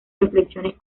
reflexiones